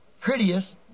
prettiest